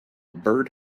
bird